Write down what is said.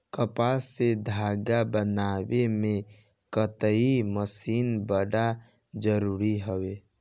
कपास से धागा बनावे में कताई मशीन बड़ा जरूरी हवे